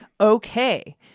okay